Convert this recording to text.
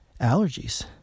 allergies